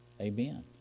Amen